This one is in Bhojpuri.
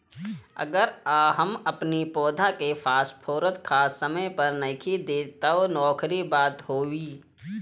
अगर हम अपनी पौधा के फास्फोरस खाद समय पे नइखी देत तअ ओकरी बाद का होई